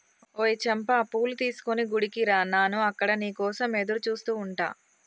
ఓయ్ చంపా పూలు తీసుకొని గుడికి రా నాను అక్కడ నీ కోసం ఎదురుచూస్తు ఉంటా